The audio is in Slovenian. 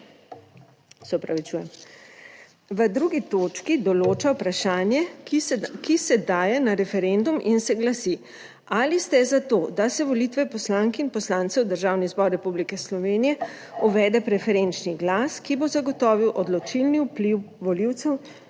V 2. točki določa vprašanje, ki se daje na referendum in se glasi: Ali ste za to, da se volitve poslank in poslancev v Državni zbor Republike Slovenije uvede preferenčni glas, ki bo zagotovil odločilni vpliv volivcev